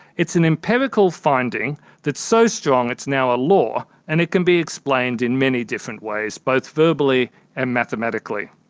it's an empirical finding that is so strong it's now a law and it can be explained in many different ways, both verbally and mathematically.